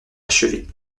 achevés